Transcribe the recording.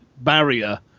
barrier